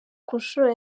kunshuro